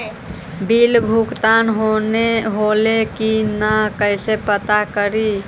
Bill भुगतान होले की न कैसे पता करी?